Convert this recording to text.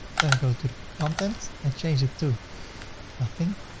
then i go to content, i change it to nothing or